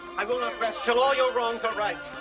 i will not rest till all your wrongs are right.